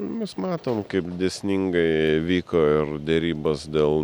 mes matom kaip dėsningai vyko ir derybos dėl